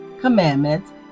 commandments